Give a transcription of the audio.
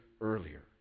earlier